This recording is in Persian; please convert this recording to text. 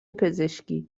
پزشکی